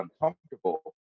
uncomfortable